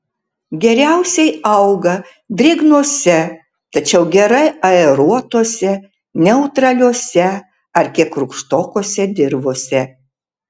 geriausiai auga drėgnose tačiau gerai aeruotose neutraliose ar kiek rūgštokose dirvose